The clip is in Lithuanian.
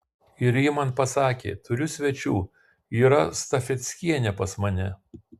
ir ji man pasakė turiu svečių yra stafeckienė pas mane